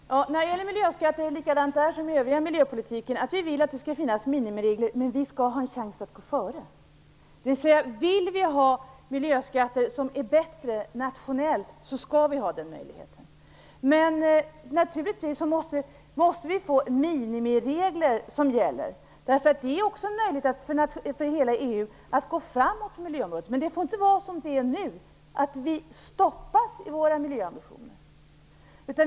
Herr talman! När det gäller miljöskatter är det likadant som med den övriga miljöpolitiken - vi vill att det skall finnas minimiregler, men vi skall ha en chans att gå före. Vill vi nationellt ha miljöskatter som är bättre, skall vi ha den möjligheten. Men naturligtvis måste vi få minimiregler som gäller. Det är också möjligt för hela EU att gå framåt på miljöområdet. Men det får inte vara som det är nu, att vi stoppas i våra miljöambitioner.